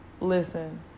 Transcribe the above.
Listen